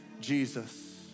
Jesus